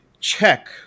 check